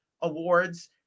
awards